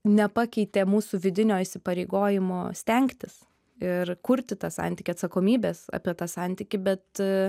nepakeitė mūsų vidinio įsipareigojimo stengtis ir kurti tą santykį atsakomybės apie tą santykį bet